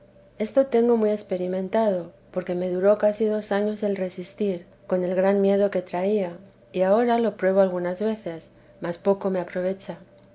esto tengo muy experimentado porque me duró casi dos años el resistir con el gran miedo que traía y ahora lo pruebo algunas veces mas poco me aprovecha